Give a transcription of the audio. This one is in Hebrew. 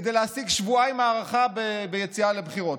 כדי להשיג שבועיים הארכה ביציאה לבחירות?